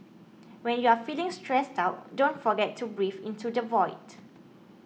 when you are feeling stressed out don't forget to breathe into the void